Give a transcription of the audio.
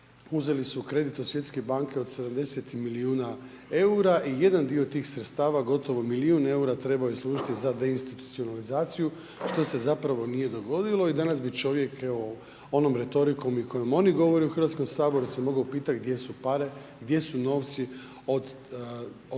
uzeli su kredit od Svjetske banke od 70 milijuna eura i jedan dio tih sredstava, gotovo milijun eura trebao je služiti za deinstitucionalizaciju što se zapravo nije dogodilo i danas bi čovjek evo onom retorikom i koji oni govore u Hrvatskom saboru se moglo pitati gdje su pare, gdje su novci od Svjetske